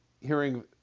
hearing